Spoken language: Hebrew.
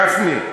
גפני,